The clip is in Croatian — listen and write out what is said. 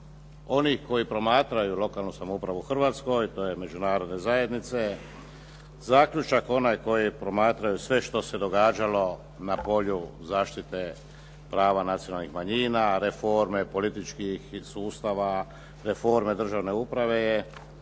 onih koji promatraju lokalnu samoupravu u Hrvatskoj to jest Međunarodne zajednice, zaključak onaj koji promatraju sve što se događalo na polju zaštite prava nacionalnih manjina, reforme političkih sustava, reforme državne uprave je